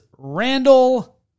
Randall